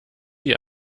die